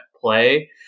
play